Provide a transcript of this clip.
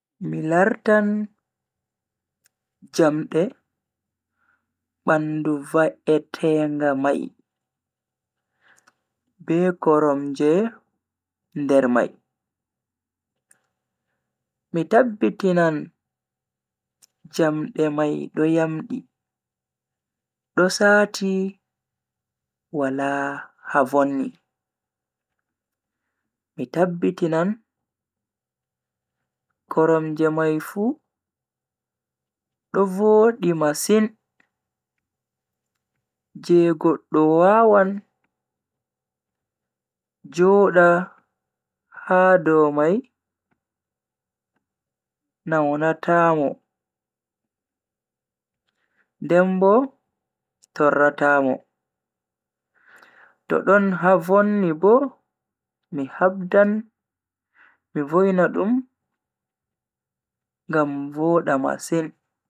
Mi lartan jamde bandu va'etenga mai, be koromje nder mai. Mi tabbitinan jamde mai do yamdi do saati wala ha vonni. Mi tabbitinan koromje mai fu do vodi masiin je goddo wawan joda ha dow mai naunatamo den bo torrrata mo. To don ha vonni bo mi habdan mi vo'ina dum ngam voda masin.